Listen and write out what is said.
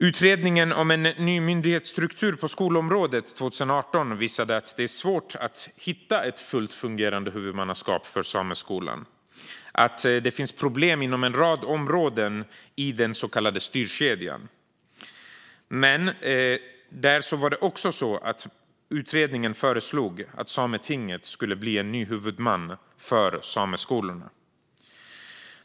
Utredningen om en ny myndighetsstruktur på skolområdet, 2018, visade att det är svårt att hitta ett fullt fungerande huvudmannaskap för sameskolan. Det finns problem inom en rad områden i den så kallade styrkedjan. Utredningen föreslog att Sametinget skulle bli ny huvudman för sameskolorna.